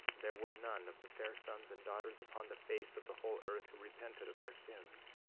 there were none of the fair sons and daughters upon the face of the whole earth who repented of their sins.